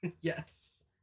yes